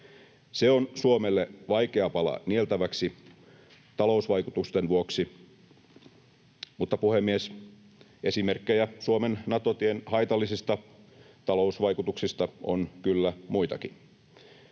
Se on Suomelle vaikea pala nieltäväksi talousvaikutusten vuoksi. Mutta, puhemies, esimerkkejä Suomen Nato-tien haitallisista talousvaikutuksista on kyllä muitakin: